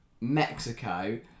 Mexico